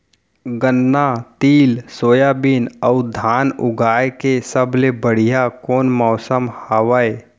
गन्ना, तिल, सोयाबीन अऊ धान उगाए के सबले बढ़िया कोन मौसम हवये?